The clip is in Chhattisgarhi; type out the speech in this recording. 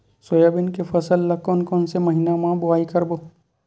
सोयाबीन के फसल ल कोन कौन से महीना म बोआई करबो?